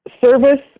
service